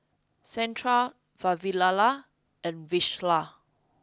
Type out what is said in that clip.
Santha Vavilala and Vishal